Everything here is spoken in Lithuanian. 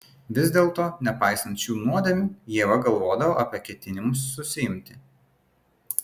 vis dėlto nepaisant šių nuodėmių ieva galvodavo apie ketinimus susiimti